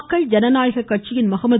மக்கள் ஜனநாயக கட்சியின் முகமது